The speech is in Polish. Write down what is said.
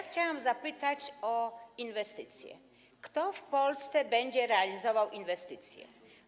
Chciałam zapytać o inwestycje, kto w Polsce będzie realizował inwestycje.